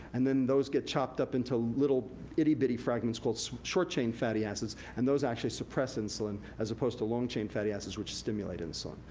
and then those get chopped up into little itty bitty fragments called short chain fatty acids, and those actually suppress insulin, as apposed to long chain fatty acids which stimulate insulin.